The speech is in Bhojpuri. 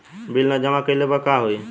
बिल न जमा कइले पर का होई?